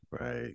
Right